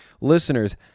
Listeners